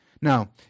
Now